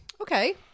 Okay